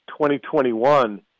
2021